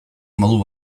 modu